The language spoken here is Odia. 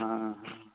ହଁ